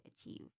achieve